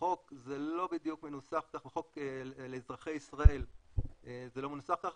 בחוק לאזרחי ישראל זה לא בדיוק מנוסח כך,